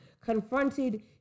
confronted